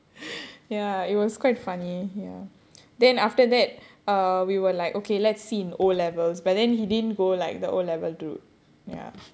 ya it was quite funny ya then after that err we were like okay let's see in O levels but then he didn't go like the O level route ya